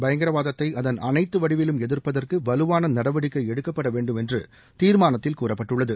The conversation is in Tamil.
பயங்கரவாதத்தை அதள் அனைத்து வடிவிலும் எதிர்ப்பதற்கு வலுவான நடவடிக்கை எடுக்கப்பட வேண்டும் என்று தீர்மானத்தில் கூறப்பட்டுள்ளது